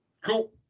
Cool